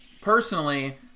personally